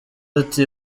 ati